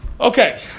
Okay